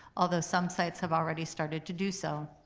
although some sites have already started to do so.